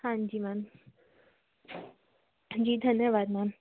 हाँ जी मेम जी धन्यवाद मैम